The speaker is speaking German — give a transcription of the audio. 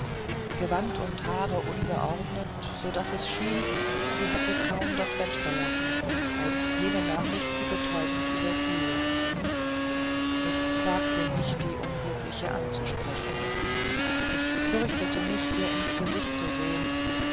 gewand und haare ungeordnet so daß es schien sie hatte kaum das bett verlassen als jene nachricht sie betäubend überfiel ich wagte nicht die unglückliche anzusprechen ich fürchtete mich ihr ins gesicht zu sehn